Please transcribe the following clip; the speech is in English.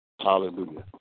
Hallelujah